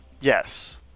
Yes